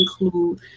include